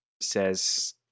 says